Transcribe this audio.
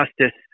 justice